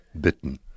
bitten